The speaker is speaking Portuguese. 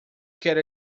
quer